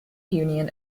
union